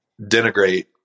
denigrate